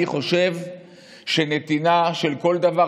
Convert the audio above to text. אני חושב שבנתינה של כל דבר,